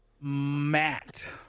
Matt